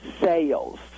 sales